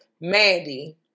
Mandy